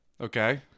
Okay